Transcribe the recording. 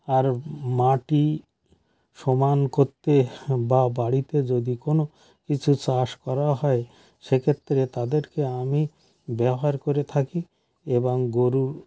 আর মাটি সমান করতে বা বাড়িতে যদি কোনও কিছু চাষ করা হয় সেক্ষেত্রে তাদেরকে আমি ব্যবহার করে থাকি এবং গরু